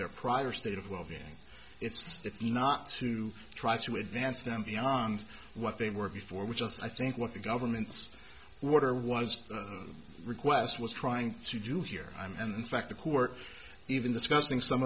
their prior state of well being it's not to try to advance them beyond what they were before which i think what the government's water was request was trying to do here and in fact the court even discussing some